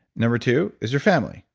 number two is your family,